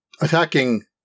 attacking